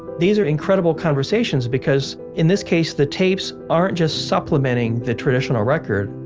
these are incredible conversations because, in this case, the tapes aren't just supplementing the traditional record,